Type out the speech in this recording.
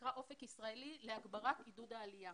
שנקרא אופק ישראלי, להגברת עידוד העלייה.